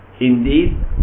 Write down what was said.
indeed